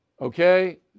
Okay